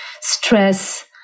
stress